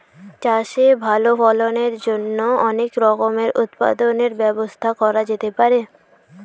চাষে ভালো ফলনের জন্য অনেক রকমের উৎপাদনের ব্যবস্থা করা যেতে পারে